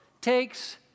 takes